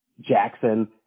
Jackson